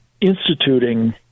instituting